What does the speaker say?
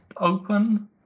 open